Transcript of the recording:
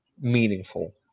meaningful